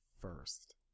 first